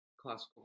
classical